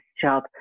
job